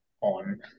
on